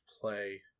play